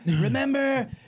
Remember